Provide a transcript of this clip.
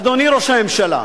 אדוני ראש הממשלה,